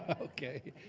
ok,